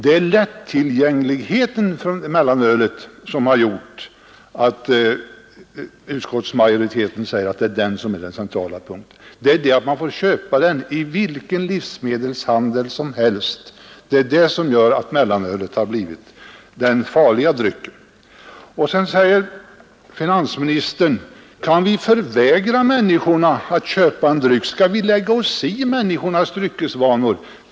Utskottsmajoriteten säger att det är mellanölets lättillgänglighet som är den centrala punkten — att man får köpa mellanölet i vilken livsmedelshandel som helst. Det är det som gör att mellanölet har blivit den farliga drycken. Sedan säger finansministern: Kan vi förvägra människorna att köpa en dryck? Skall vi lägga oss i människornas dryckesvanor?